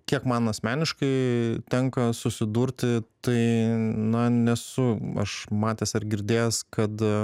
kiek man asmeniškai tenka susidurti tai na nesu aš matęs ar girdėjęs kad